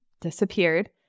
disappeared